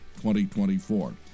2024